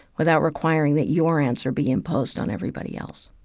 without requiring that your answer be imposed on everybody else.